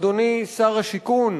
אדוני שר השיכון,